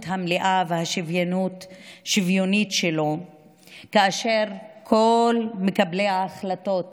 המלאה והשוויונית שלו כאשר כל מקבלי ההחלטות